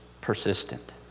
persistent